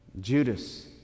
Judas